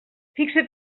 fixa